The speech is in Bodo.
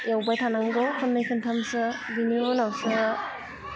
एवबाय थानांगौ खेबनै खेबथामसो बिनि उनावसो